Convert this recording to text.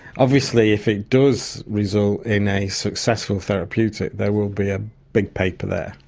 obviously if it does result in a successful therapeutic there will be a big paper there.